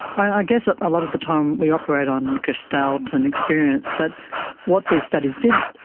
i guess a lot of the time we operate on gestalt and experience, but what these studies did